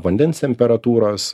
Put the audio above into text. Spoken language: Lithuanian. vandens temperatūros